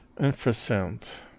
infrasound